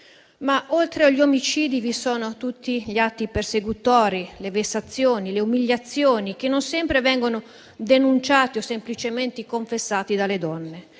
Oltre agli omicidi, vi sono tutti gli atti persecutori, le vessazioni, le umiliazioni, che non sempre vengono denunciate o semplicemente confessati dalle donne.